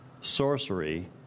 sorcery